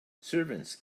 servants